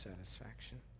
satisfaction